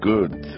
Good